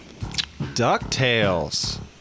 Ducktales